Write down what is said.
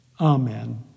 Amen